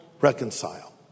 reconcile